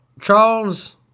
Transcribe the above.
Charles